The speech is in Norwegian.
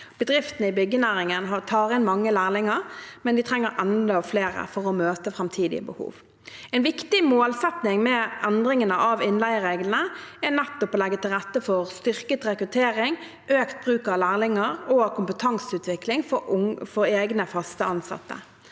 Bedriftene i byggenæringen tar inn mange lærlinger, men de trenger enda flere for å møte framtidige behov. En viktig målsetting med endringene av innleiereglene er nettopp å legge til rette for styrket rekruttering, økt bruk av lærlinger og kompetanseutvikling for egne fast ansatte.